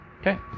Okay